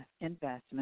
investment